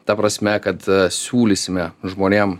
ta prasme kad siūlysime žmonėm